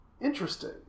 Interesting